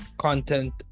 content